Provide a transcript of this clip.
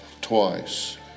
twice